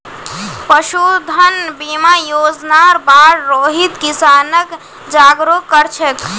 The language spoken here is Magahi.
पशुधन बीमा योजनार बार रोहित किसानक जागरूक कर छेक